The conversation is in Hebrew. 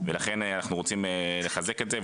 ולכן אנחנו רוצים לחזק את זה,